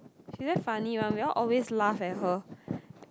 she very funny one we all always laugh at her